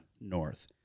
north